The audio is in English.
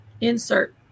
Insert